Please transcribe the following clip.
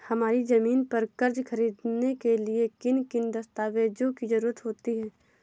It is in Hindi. हमारी ज़मीन पर कर्ज ख़रीदने के लिए किन किन दस्तावेजों की जरूरत होती है?